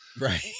Right